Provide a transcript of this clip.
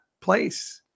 place